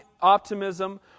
optimism